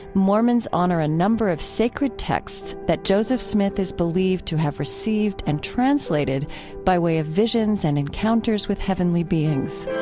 mormons honor a number of sacred texts that joseph smith is believed to have received and translated by way of visions and encounters with heavenly beings